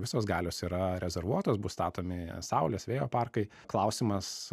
visos galios yra rezervuotos bus statomi saulės vėjo parkai klausimas